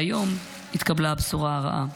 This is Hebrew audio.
היום התקבלה הבשורה הרעה.